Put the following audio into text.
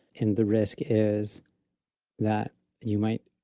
and the risk is that you might,